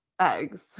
Eggs